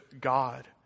God